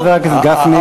תודה, חבר הכנסת גפני.